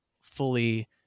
fully